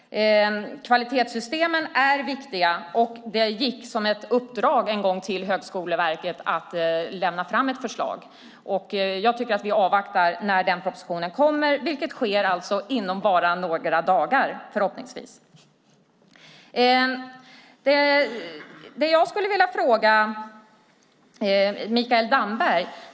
Kvalitetssystemen är viktiga. Det gick en gång som ett uppdrag till Högskoleverket att lämna fram ett förslag. Jag tycker att vi avvaktar tills propositionen kommer, vilket förhoppningsvis sker om bara några dagar. Jag skulle vilja ställa en fråga till Mikael Damberg.